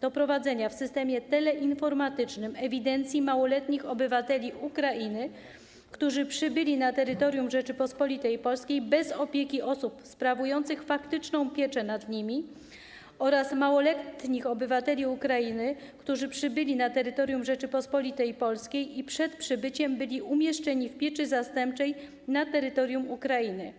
do prowadzenia w systemie teleinformatycznym ewidencji małoletnich obywateli Ukrainy, którzy przybyli na terytorium Rzeczypospolitej Polskiej bez opieki osób sprawujących faktyczną pieczę nad nimi, oraz małoletnich obywateli Ukrainy, którzy przybyli na terytorium Rzeczypospolitej Polskiej i przed przybyciem byli umieszczeni w pieczy zastępczej na terytorium Ukrainy.